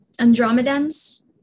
Andromedans